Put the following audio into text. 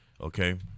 Okay